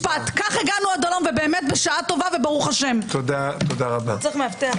השפיטה (חיזוק הפרדת הרשויות) - ביקורת שיפוטית על חקיקה,